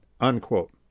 unquote